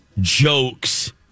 jokes